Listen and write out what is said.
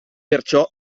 perciò